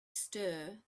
stir